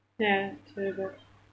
ya